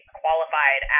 qualified